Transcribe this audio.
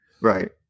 right